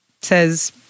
says